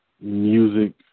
music